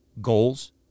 goals